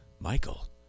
Michael